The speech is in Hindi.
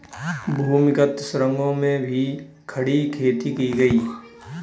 भूमिगत सुरंगों में भी खड़ी खेती की गई